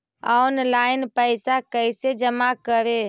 Online पैसा कैसे जमा करे?